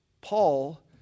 Paul